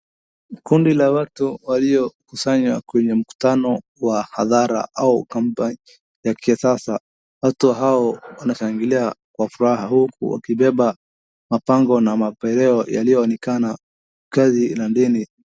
Kundi la watu waliokusanywa kwenye mkutano wa hadhara au comeback ya kisasa, watu hao wanashangilia kwa furaha huku wakibeba mapango na mapereo yaliyoonekana ni kazi la dini.